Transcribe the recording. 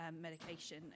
medication